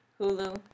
Hulu